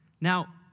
Now